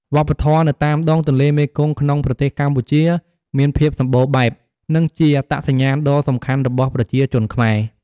វប្បធម៌នៅតាមដងទន្លេមេគង្គក្នុងប្រទេសកម្ពុជាមានភាពសម្បូរបែប និងជាអត្តសញ្ញាណដ៏សំខាន់របស់ប្រជាជនខ្មែរ។